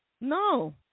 no